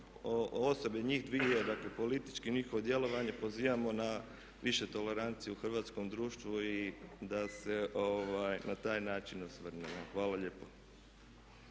osobe njih dvije, dakle političko njihovo djelovanje pozivamo na više tolerancije u hrvatskom društvu i da se na taj način osvrnemo. Hvala lijepo.